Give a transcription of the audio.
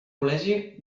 col·legi